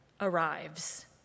arrives